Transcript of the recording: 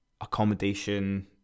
accommodation